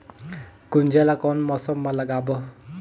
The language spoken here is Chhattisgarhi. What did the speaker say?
गुनजा ला कोन मौसम मा लगाबो?